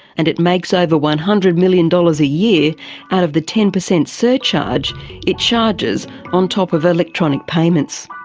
and it makes over one hundred million dollars a year out of the ten percent surcharge it charges on top of electronic payments.